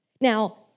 Now